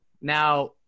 Now